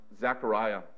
Zechariah